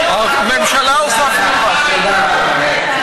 אבל תסתכלי, הממשלה עושה, תודה רבה.